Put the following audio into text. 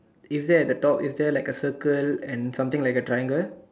is there at the top is there like a circle and something like a triangle